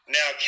Now